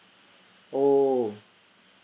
oo